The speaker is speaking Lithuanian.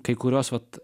kai kurios vat